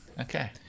Okay